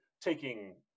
taking